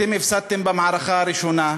אתם הפסדתם במערכה הראשונה.